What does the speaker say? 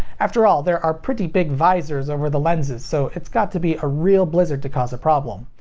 after all, there are pretty big visors over the lenses, so it's got to be a real blizzard to cause a problem.